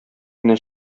генә